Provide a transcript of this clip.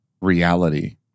reality